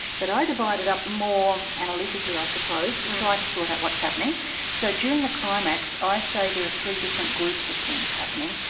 but i divide it up more analytically i suppose to try to sort out what's happening so during the climax i say there are three different groups of things happening.